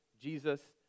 Jesus